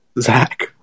Zach